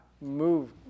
move